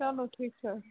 چلو ٹھیٖک چھُ حظ